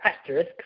asterisk